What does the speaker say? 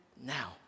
now